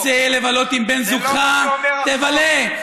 תרצה לבלות עם בן זוגך, תבלה.